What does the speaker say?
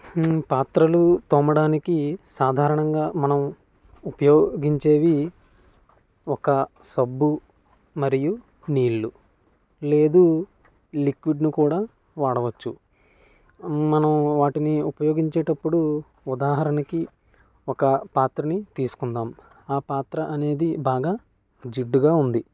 పాత్రలు తోమడానికి సాధారణంగా మనం ఉపయోగించేవి ఒక సబ్బు మరియు నీళ్లు లేదు లిక్విడ్ని కూడా వాడవచ్చు మనం వాటిని ఉపయోగించేటప్పుడు ఉదాహరణకి ఒక పాత్రని తీసుకుందాం ఆ పాత్ర అనేది బాగా జిడ్డుగా ఉంది